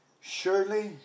Surely